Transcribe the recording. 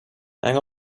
hang